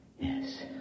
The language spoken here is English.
Yes